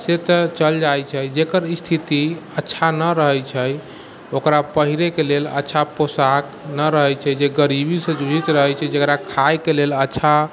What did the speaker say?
से तऽ चलि जाइत छै जेकर स्थिति अच्छा नहि रहैत छै ओकरा पहिरेके लेल अच्छा पोशाक नहि रहैत छै जे गरीबी से जूझैत रहैत छै जेकरा खायके लेल अच्छा